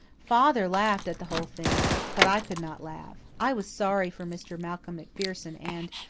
father laughed at the whole thing, but i could not laugh. i was sorry for mr. malcolm macpherson and,